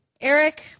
Eric